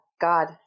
God